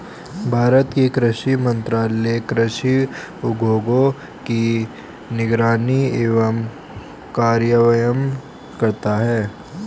भारत में कृषि मंत्रालय कृषि उद्योगों की निगरानी एवं कार्यान्वयन करता है